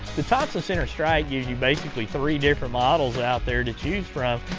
the thompson center strike gives you basically three different models out there to choose from,